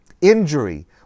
injury